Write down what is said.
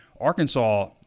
Arkansas